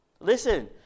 Listen